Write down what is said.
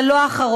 אבל לא אחרון.